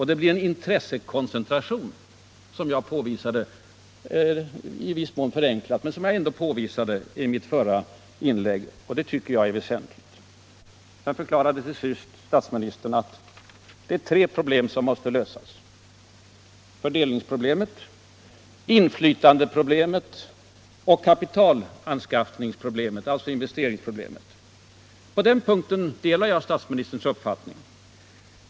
Det kommer — som jag, i viss mån förenklat, påvisade i mitt förra inlägg — att bli en intressekoncentration, och det tycker jag är väsentligt. Sedan förklarar statsministern till slut att det är tre problem som måste lösas: fördelningsproblemet, inflytandeproblemet och kapitalanskaffningsproblemet, dvs. investeringsproblemet. På den punkten delar jag statsministerns uppfattning.